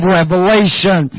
Revelation